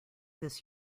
this